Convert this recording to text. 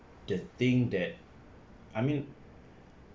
the thing that I mean